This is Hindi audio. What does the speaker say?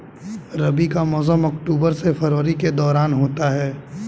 रबी का मौसम अक्टूबर से फरवरी के दौरान होता है